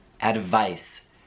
advice